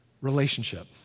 Relationship